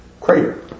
Crater